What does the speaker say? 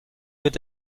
wird